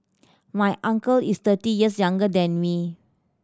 my uncle is thirty years younger than me